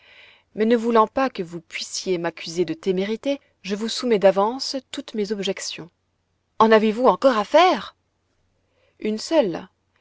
mais ne voulant pas que vous puissiez m'accuser de témérité je vous soumets d'avance toutes mes objections en avez-vous encore à faire une seule